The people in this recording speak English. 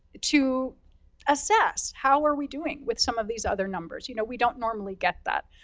to assess how are we doing with some of these other numbers? you know, we don't normally get that.